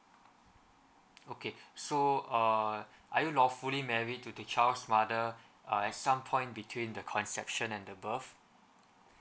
okay so err are you lawfully married to the child's mother err at some point between the conception and the birth